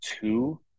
two